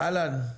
אהלן.